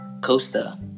Costa